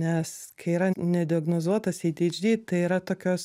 nes kai yra nediagnozuotas adhd tai yra tokios